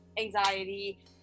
anxiety